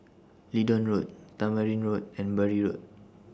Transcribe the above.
Leedon Road Tamarind Road and Bury Road